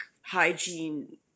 hygiene